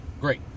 great